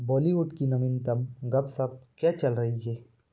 बॉलीवुड की नवीनतम गपशप क्या चल रही है